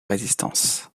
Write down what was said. résistance